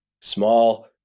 small